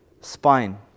spine